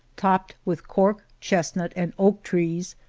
topped with cork, chestnut, and oak trees,